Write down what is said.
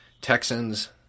Texans